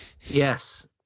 yes